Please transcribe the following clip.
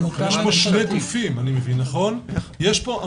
אם אני מבין נכון, יש פה שני גופים.